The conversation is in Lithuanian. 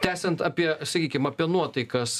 tęsiant apie sakykim apie nuotaikas